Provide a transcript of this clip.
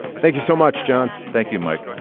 thank you so much, john. thank you, mike